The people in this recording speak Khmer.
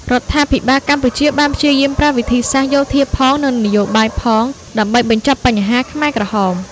រដ្ឋាភិបាលកម្ពុជាបានព្យាយាមប្រើវិធីសាស្ត្រយោធាផង និងនយោបាយផងដើម្បីបញ្ចប់បញ្ហាខ្មែរក្រហម។